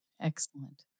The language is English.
Excellent